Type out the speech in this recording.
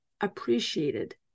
appreciated